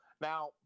now